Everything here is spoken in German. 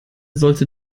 sollte